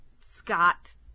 scott